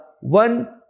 one